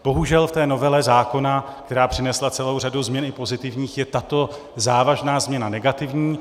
Bohužel v té novele zákona, která přinesla celou změn i pozitivních, je tato závažná změna negativní.